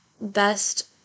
best